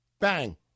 Bang